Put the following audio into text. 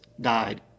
died